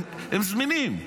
הם זמינים,